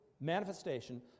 manifestation